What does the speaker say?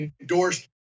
endorsed